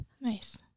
Nice